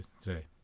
today